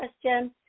question –